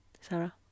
Sarah